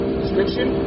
description